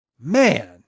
man